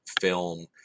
film